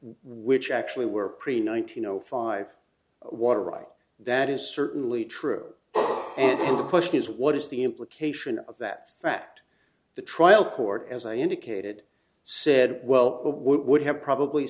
which actually were pretty nineteen zero five water right that is certainly true and the question is what is the implication of that fact the trial court as i indicated said well would have probably